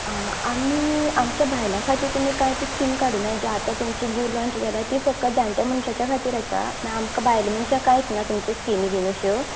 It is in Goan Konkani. आं आनी आमच्या बायलां खातीर तुमी कांयच स्किम काडूना जे आतां तुमचें नीव लाँच जाला तें फकत जाणटे मनशाच्या खातीर आसा म्हळ्यार आमच्या बायल मनशांक कांयच ना तुमचे स्किमी बीन अश्यो